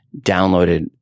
downloaded